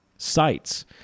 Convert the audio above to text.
sites